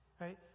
right